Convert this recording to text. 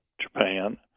Japan